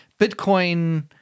Bitcoin-